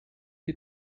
die